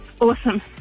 Awesome